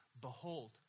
behold